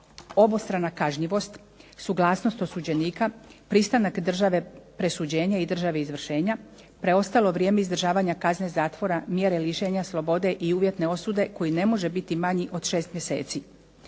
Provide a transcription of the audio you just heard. obostrana kažnjivost, suglasnost osuđenika, pristanak države presuđenje i države izvršenja, preostalo vrijeme izdržavanja kazne zatvora, mjere lišenja slobode i uvjetne osude koji ne može biti manji od šest mjeseci.